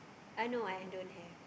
ah no I don't have